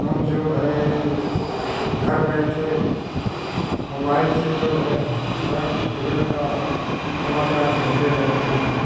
हम जो है घर बैठे मोबाइल से जो है हर जगह का समाचार सुनते रहते हैं